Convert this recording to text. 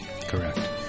Correct